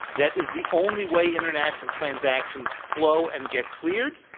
that is the only way international transactions flow and get cleared.